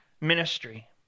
ministry